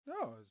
No